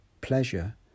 pleasure